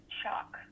shock